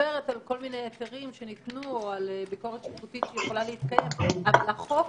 על החלטות או הקלות במסגרת החוק, אבל החוק